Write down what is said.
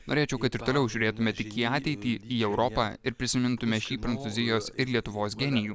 norėčiau kad ir toliau žiūrėtume tik į ateitį į europą ir prisimintume šį prancūzijos ir lietuvos genijų